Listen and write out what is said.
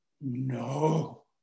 No